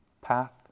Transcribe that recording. path